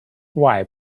why